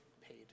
paid